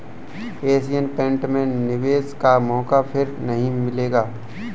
Asian Paint में निवेश का मौका फिर नही मिलेगा